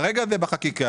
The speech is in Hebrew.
כרגע זה בתיקונים.